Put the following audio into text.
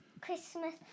Christmas